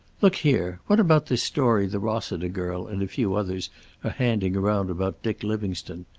look here, what about this story the rossiter girl and a few others are handing around about dick livingstone?